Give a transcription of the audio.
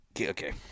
Okay